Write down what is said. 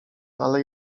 ale